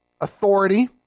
authority